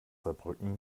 saarbrücken